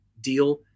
deal